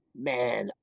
man